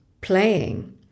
playing